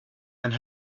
and